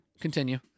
Continue